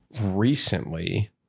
recently